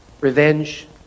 revenge